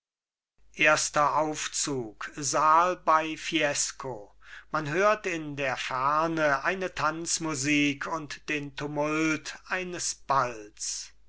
erster aufzug saal bei fiesco man hört in der ferne eine tanzmusik und den tumult eines balls